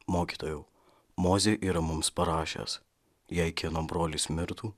mokytojau mozė yra mums parašęs jei kieno brolis mirtų